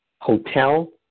Hotel